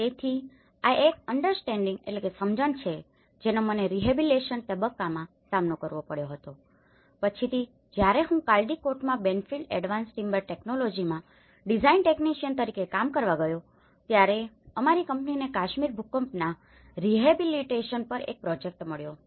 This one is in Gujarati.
તેથી આ એક અંડર્સ્ટેન્ડિંગunderstandingસમજણ છે જેનો મને રીહેબીલીટેશન તબક્કામાં સામનો કરવો પડ્યો હતો પછીથી જ્યારે હું કાલ્ડિકોટમાં બેનફિલ્ડ એડવાન્સ ટિમ્બર ટેકનોલોજી માં ડિઝાઇન ટેક્નિશિયન તરીકે કામ કરતો હતો ત્યારે અમારી કંપનીને કાશ્મીર ભૂકંપના રીહેબીલીટેશન પર એક પ્રોજેક્ટ મળ્યો છે